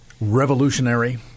revolutionary